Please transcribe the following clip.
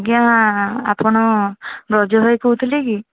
ଆଜ୍ଞା ଆପଣ ବ୍ରଜ ଭାଇ କହୁଥିଲେ କି